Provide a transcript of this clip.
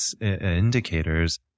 indicators